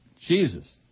Jesus